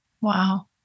Wow